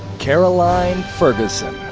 caroline ferguson.